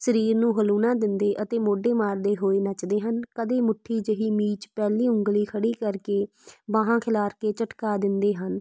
ਸਰੀਰ ਨੂੰ ਹਲੂਣਾ ਦਿੰਦੀ ਅਤੇ ਮੋਢੇ ਮਾਰਦੇ ਹੋਏ ਨੱਚਦੇ ਹਨ ਕਦੀ ਮੁੱਠੀ ਜਿਹੀ ਮੀਚ ਪਹਿਲੀ ਉਂਗਲੀ ਖੜ੍ਹੀ ਕਰਕੇ ਬਾਹਾਂ ਖਿਲਾਰ ਕੇ ਝਟਕਾ ਦਿੰਦੇ ਹਨ